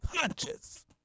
conscious